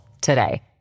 today